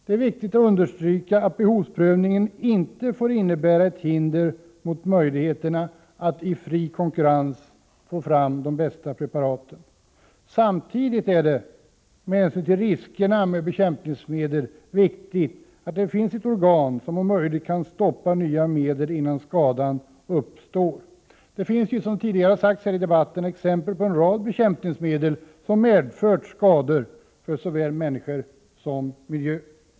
Det är viktigt att understryka att behovsprövningen inte får innebära ett hinder för möjligheterna att i fri konkurrens få fram de bästa preparaten. Samtidigt är det med hänsyn till riskerna med bekämpningsmedel viktigt att det finns ett organ som om möjligt kan stoppa nya medel innan skadan uppstår. Det finns ju, som tidigare har sagts här i debatten, exempel på en rad bekämpningsmedel som medfört skador på såväl människor som miljö.